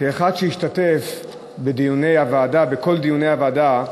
אני מבקש עשר דקות לכל הסתייגויות.